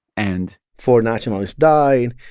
and. four nationalists died.